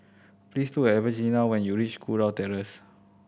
please look Evangelina when you reach Kurau Terrace